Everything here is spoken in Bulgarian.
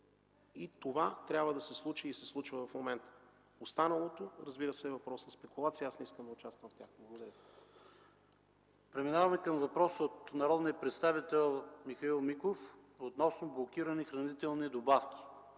И това трябва да се случи и се случва в момента. Останалото е въпрос на спекулации и аз не искам да участвам в тях. Благодаря Ви. ПРЕДСЕДАТЕЛ ПАВЕЛ ШОПОВ: Преминаваме към въпрос от народния представител Михаил Миков относно блокирани хранителни добавки.